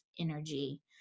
energy